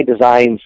designs